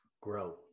grow